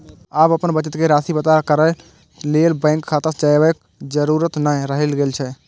आब अपन बचत राशि के पता करै लेल बैंक शाखा जयबाक जरूरत नै रहि गेल छै